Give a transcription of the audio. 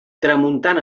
tramuntana